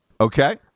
Okay